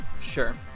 Sure